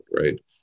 right